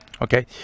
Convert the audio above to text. Okay